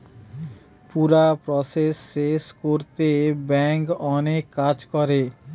পুরা প্রসেস শেষ কোরতে ব্যাংক অনেক কাজ করে